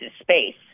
space